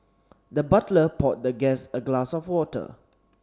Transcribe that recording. the butler poured the guest a glass of water